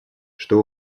что